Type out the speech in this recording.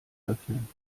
öffnen